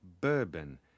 bourbon